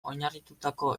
oinarritututako